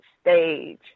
stage